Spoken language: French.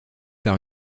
par